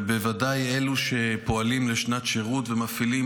ובוודאי אלו שפועלים לשנת שירות ומפעילים